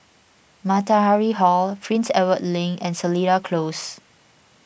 Matahari Hall Prince Edward Link and Seletar Close